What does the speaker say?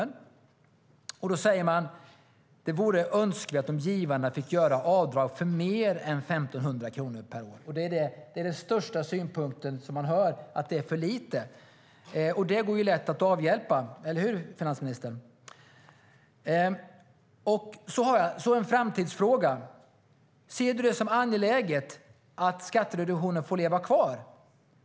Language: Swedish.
Man svarade att det vore önskvärt att givarna fick göra avdrag för mer än 1 500 kronor per år. Jag ställde även en framtidsfråga om man såg det som angeläget att skattereduktionen får leva kvar.